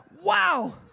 wow